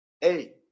Hey